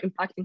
impacting